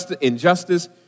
injustice